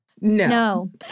No